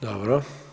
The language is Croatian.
Dobro.